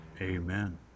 Amen